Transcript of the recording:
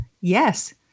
yes